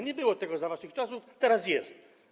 Nie było tego za waszych czasów, teraz jest.